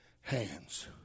hands